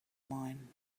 mine